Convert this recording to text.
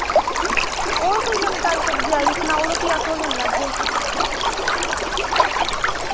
होर कोई नमीं ताज़ी सब्ज़ी आई दी ते अस उत्थुआं लेई लैगे